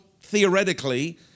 theoretically